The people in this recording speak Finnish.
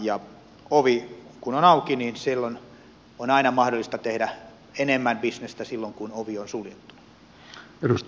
kun ovi on auki niin silloin on aina mahdollista tehdä enemmän bisnestä kuin silloin kun ovi on suljettu